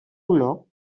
olor